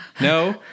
No